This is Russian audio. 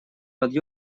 под